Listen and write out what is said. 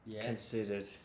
Considered